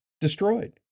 destroyed